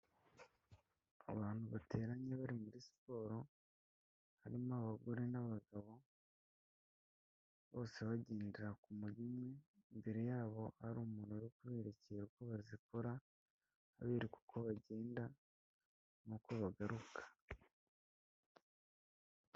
Abantu bateranye bari muri siporo harimo abagore n'abagabo, bose bagendera ku m'umuntu umwe, imbere yabo hari umuntu uri kuberekera uko bazikora abereka uko bagenda n'uko bagaruka.